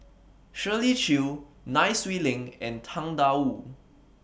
Shirley Chew Nai Swee Leng and Tang DA Wu